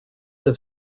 have